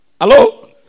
Hello